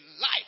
life